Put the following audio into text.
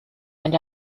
and